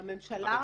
הממשלה.